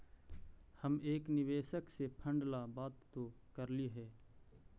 हम एक निवेशक से फंड ला बात तो करली हे